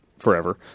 Forever